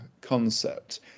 concept